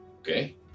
Okay